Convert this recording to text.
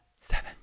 seven